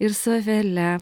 ir su avele